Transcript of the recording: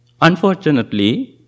Unfortunately